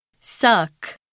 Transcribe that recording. Suck